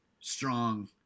strong